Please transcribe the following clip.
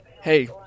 hey